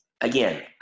again